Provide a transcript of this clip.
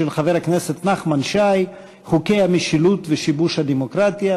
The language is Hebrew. של חבר הכנסת נחמן שי: חוקי המשילות ושיבוש הדמוקרטיה,